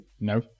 No